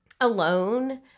alone